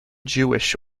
jewish